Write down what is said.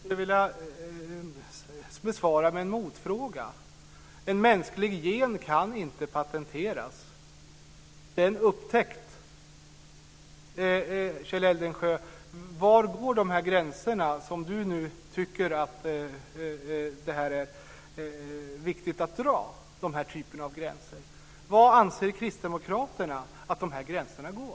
Fru talman! Jag skulle vilja svara med ett par motfrågor. En mänsklig gen kan inte patenteras. Den är en upptäckt. Var går gränserna, Kjell Eldensjö, som är viktiga att dra? Var anser Kristdemokraterna att gränserna går?